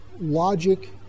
logic